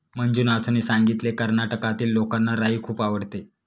मंजुनाथने सांगितले, कर्नाटकातील लोकांना राई खूप आवडते